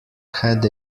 had